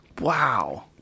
Wow